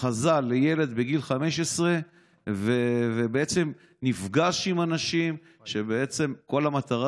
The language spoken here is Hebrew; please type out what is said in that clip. התחזה לילד בגיל 15 ונפגש עם אנשים שכל המטרה